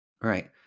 Right